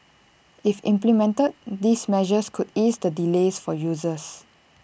if implemented these measures could ease the delays for users